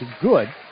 good